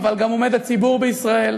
אבל עומד גם הציבור בישראל.